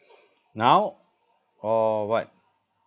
now or what